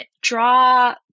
Draw